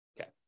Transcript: Okay